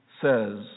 says